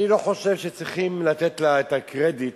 אני לא חושב שצריכים לתת לה את הקרדיט,